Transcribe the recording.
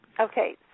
Okay